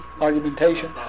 Argumentation